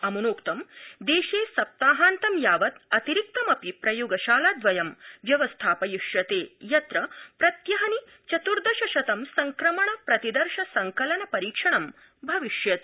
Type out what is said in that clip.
अम्नोक्तं देशे सप्ताहान्तं यावत् अतिरिक्तमपि प्रयोगशालाद्वयं व्यवस्थापयिष्यते यत्र प्रत्यहिन चत्र्दश शतं संक्रमण प्रतिदर्श संकलन परीक्षणं सम्भविष्यति